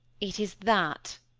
it is that!